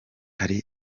hari